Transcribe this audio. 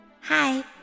Hi